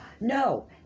no